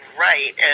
right